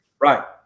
Right